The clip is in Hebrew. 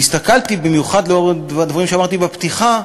הסתכלתי, במיוחד לאור הדברים שאמרתי בפתיחה,